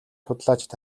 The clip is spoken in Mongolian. судлаачид